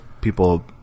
people